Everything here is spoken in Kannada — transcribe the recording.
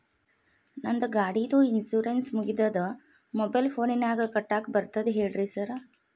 ನಂದ್ ಗಾಡಿದು ಇನ್ಶೂರೆನ್ಸ್ ಮುಗಿದದ ಮೊಬೈಲ್ ಫೋನಿನಾಗ್ ಕಟ್ಟಾಕ್ ಬರ್ತದ ಹೇಳ್ರಿ ಸಾರ್?